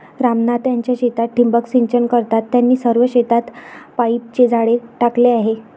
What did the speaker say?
राम नाथ त्यांच्या शेतात ठिबक सिंचन करतात, त्यांनी सर्व शेतात पाईपचे जाळे टाकले आहे